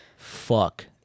Fuck